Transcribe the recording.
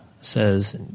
says